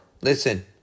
Listen